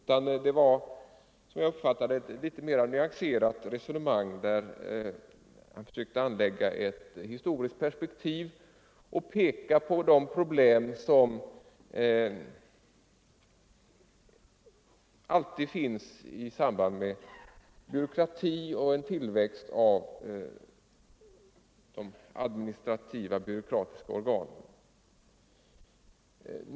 Jag uppfattade det såsom ett litet mera nyanserat resonemang, där herr Svensson försökte anlägga ett historiskt perspektiv och peka på de problem som alltid finns i samband med byråkrati och tillväxt av de administrativa organen.